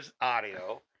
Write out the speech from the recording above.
audio